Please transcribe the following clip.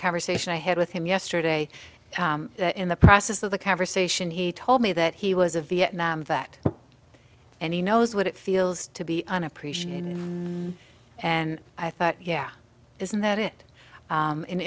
conversation i had with him yesterday in the process of the conversation he told me that he was a vietnam vet and he knows what it feels to be unappreciated and i thought yeah isn't that it